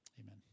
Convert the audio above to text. amen